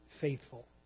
faithful